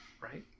Right